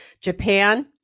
Japan